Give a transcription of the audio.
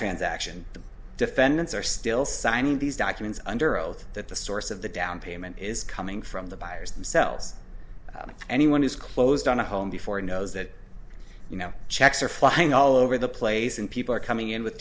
transaction the defendants are still signing these documents under oath that the source of the down payment is coming from the buyers themselves if anyone is closed on a home before it knows that you know checks are flying all over the place and people are coming in with